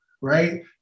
right